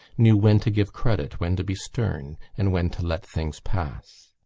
knew when to give credit, when to be stern and when to let things pass.